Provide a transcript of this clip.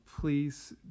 please